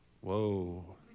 Whoa